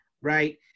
right